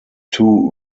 two